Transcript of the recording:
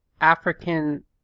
African